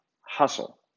hustle